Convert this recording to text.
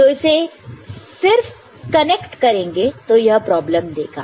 तो इसे सिर्फ कनेक्ट करोगे तो यह प्रॉब्लम देगा